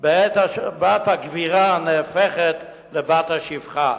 בעת אשר בת הגבירה נהפכת לבת השפחה?